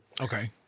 Okay